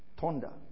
Thunder